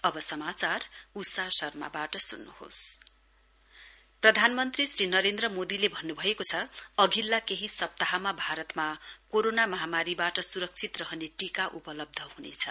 PM प्रधानमन्त्री श्री नरेन्द्र मोदीले भन्नु भएको छ अधिल्ला केही सप्ताहमा भारतमा कोरोना महामारीबाट सुरक्षित रहने टीका उपलब्ध हुनेछ